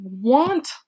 want